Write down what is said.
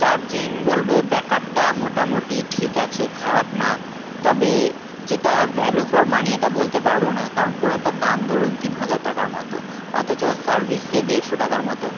charging বলবো back আপটা মোটামোটি ঠিক আছে খারাপ না তবে যেটা ভ্যালু ফর মানি এটা বলতে পারবো না কারণ প্রোডাক্টটার দাম ধরুন তিন হাজার টাকার মতো অথচ সার্ভিস সে দেড়শো টাকার মতো